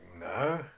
no